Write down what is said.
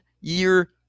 year